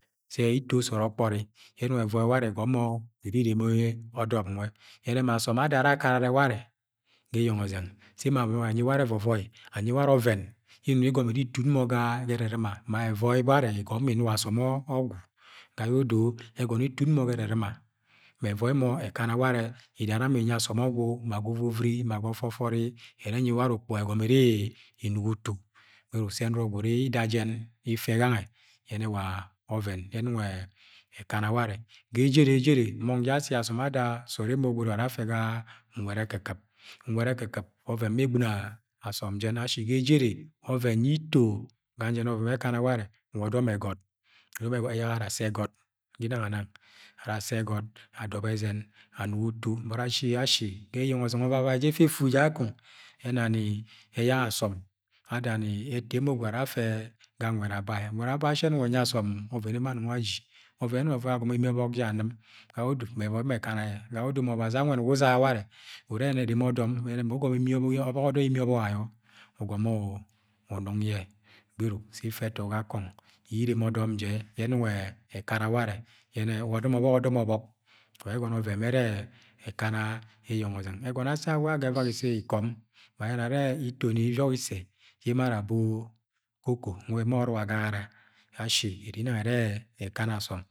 sẹ ito sọod ọkpọri yẹ ẹnong euọi ware igọmọ iri ireme ọdọm nwe yẹnẹ ma asọm adore anrẹ emo akararẹ warẹ ga eyeng ozẹng sẹ ẹmo anọng anyi ware ẹvọvọi anyi warẹ ọvẹn yẹ inọng igọmo iri itun mọ ga erɨ̃rɨ̃ma ma ẹvọi ware, inuga asọm ọgwu ga ye odo, ẹgono yẹ itun mọ ga ẹrɨ̃ɨ̃ma me ẹvọi ekana ware ẹ idana mo unyi asọm ogwu ma ga uwri ma ga afọ fọri ere enyi ware ukpuga igọmọ iri inugo utu gberuk, sẹ nọrọ gwud ida jẹn ifẹ gangẹ yẹnẹ wa ọvẹn yẹ ẹnong ẹkana warẹ,. Ga ejere, ejere, mong jẹ asi asọm ada sood emo gwud ara afẹ ga nwẹd ekɨ̃kɨ̃p nwed ekɨ̃kɨ̃p bẹ egbɨ̃no asọm jẹn ash ga ejere ọvẹn yẹ ito ganjẹ ọvẹn yẹ ekana warẹ wa odọmẹ ẹgọ too ọdọm ẹgọt, ẹyak ara asse, egọt ginang anang, assẹ ẹ gọt adọ bọ ẹzẹn, anugo utu but asi, asi eyeng ọzẹng ọvavai jẹ. Ẹfẹ efu je kakọng ena eyak asọm adani ẹtọ emo gwud ara afe ga nwed aba ẹ nwed ababe asi ẹnọng unyi asom ọvẹn yẹ emo anong aji ọvẹn yẹ enong ẹvoi agọniọ imi ẹbok je ọnɨ̃m ga yẹ odo me. Evọi mọ ẹkana yọ mu ọbazi anweni wẹ uzaga ware, ure reme ọdọm yẹnẹ mu ugọmọ imi ọbọk ayọ ugọmọ unong yẹ ẹ beruk sẹ ifẹ ẹtọ ga kọng irremẹ ọdọm jẹ yẹ ẹnọng ẹkana warẹ yẹnẹ wa ọbọk ọdọm ọbọk wa ẹgọnọ ọvẹn yẹ ẹrẹ ekana eyen g. Ọzẹng Assẹ awa aga evak ise yẹ ikom, ma ayẹnẹ arẹ itoni iviọk isẹ yẹ eno ara abo koko nwe wa ẹmen ọrọk agagana asi ere inang ẹrẹ ẹkana asom.